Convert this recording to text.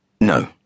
No